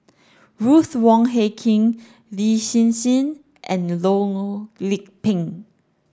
Ruth Wong Hie King Lin Hsin Hsin and Loh Lik Peng